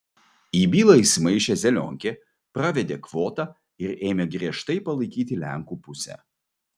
į bylą įsimaišė zelionkė pravedė kvotą ir ėmė griežtai palaikyti lenkų pusę